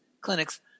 clinics